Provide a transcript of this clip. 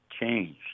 changed